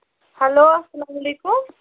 hello اسلام علیکُم